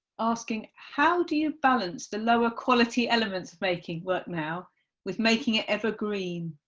asking how do you balance the lower quality elements of making work now with making it evergreen?